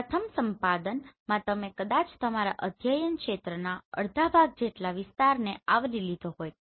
પ્રથમ સંપાદનમાં તમે કદાચ તમારા અધ્યયન ક્ષેત્રના અડધા ભાગ જેટલા વિસ્તારને આવરી લીધો હોય